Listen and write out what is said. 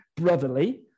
brotherly